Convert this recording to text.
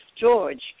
George